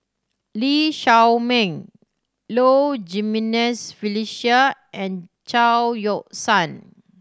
Lee Shao Meng Low Jimenez Felicia and Chao Yoke San